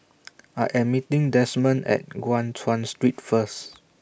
I Am meeting Desmond At Guan Chuan Street First